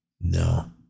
No